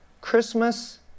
Christmas